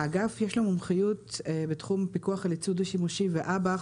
לאגף יש מומחיות בתחום פיקוח על ייצוא דו-שימושי ואב"כ,